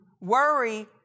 Worry